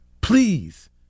please